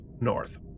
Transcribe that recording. north